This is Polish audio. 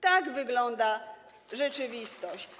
Tak wygląda rzeczywistość.